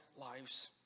lives